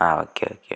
ആ okay okay